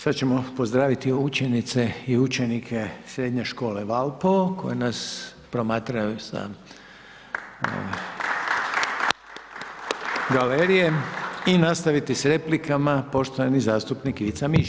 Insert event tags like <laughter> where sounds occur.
Sad ćemo pozdraviti učenice i učenike Srednje škole Valpovo koji nas promatraju sa… <applause> galerije i nastaviti s replikama, poštovani zastupnik Ivica Mišić.